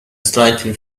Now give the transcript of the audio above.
slightly